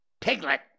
Piglet